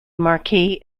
marque